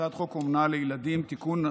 הצעת חוק אומנה לילדים (תיקון,